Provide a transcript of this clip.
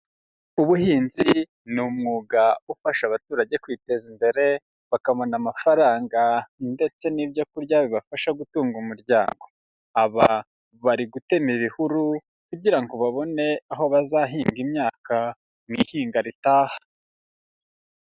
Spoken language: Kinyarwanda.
Ubuhinzi ni umwuga ufasha abaturage kwiteza imbere bakabona amafaranga ndetse n'ibyo kurya bibafasha gutunga umuryango, aba bari gutema ibihuru kugira ngo babone aho bazahinga imyaka mu ihinga ritaha.